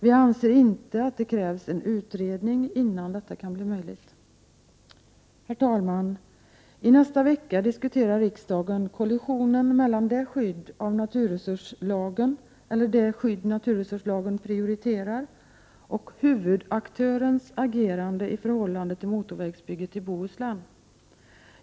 Vi anser inte att det krävs en utredning innan detta kan bli möjligt. Herr talman! I nästa vecka diskuterar riksdagen kollisionen mellan det skydd NRL prioriterar och huvudaktörens agerande i förhållande till motorvägsbygget i Bohuslän.